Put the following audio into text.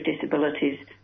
disabilities